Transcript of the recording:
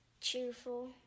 cheerful